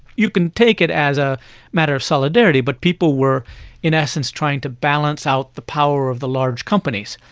you can take it as a matter of solidarity, but people were in essence trying to balance out the power of the large companies.